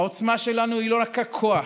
העוצמה שלנו היא לא רק הכוח,